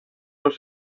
los